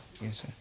Yes